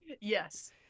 Yes